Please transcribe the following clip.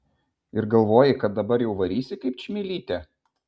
ir galvoji kad dabar jau varysi kaip čmilytė